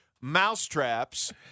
mousetraps